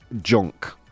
junk